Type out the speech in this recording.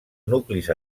nuclis